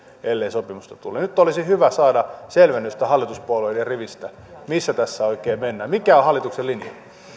ellei sopimusta tule nyt olisi hyvä saada selvennys hallituspuolueiden rivistä missä tässä oikein mennään mikä on hallituksen linja